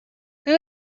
who